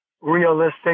realistic